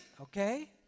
okay